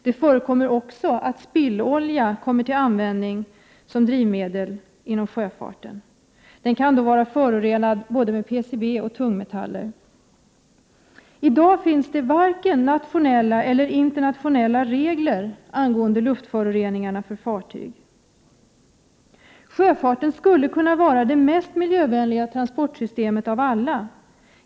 Det förekommer också att spillolja kommer till användning som drivmedel inom sjöfarten. Den kan vara förorenad med både PCB och tungmetaller. I dag finns det varken nationella eller internationella regler angående luftföroreningar från fartygen. Sjöfarten skulle kunna vara det mest miljövänliga transportsystemet av alla.